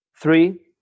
Three